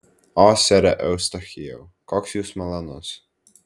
o sere eustachijau koks jūs malonus